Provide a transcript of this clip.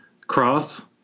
cross